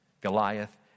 Goliath